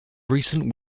recent